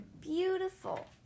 beautiful